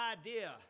idea